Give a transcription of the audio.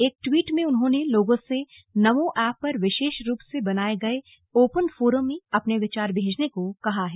एक ट्वीट में उन्होंने लोगों से नमो एप्प पर विशेष रूप से बनाये गए ओपन फोरम में अपने विचार भेजने को कहा है